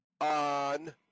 on